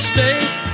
State